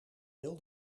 heel